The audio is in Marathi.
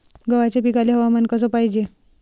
गव्हाच्या पिकाले हवामान कस पायजे?